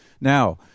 Now